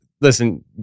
listen